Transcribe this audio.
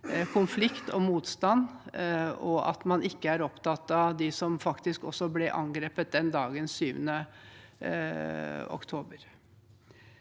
konflikt og motstand, og at man ikke er opptatt av dem som faktisk også ble angrepet den 7. oktober.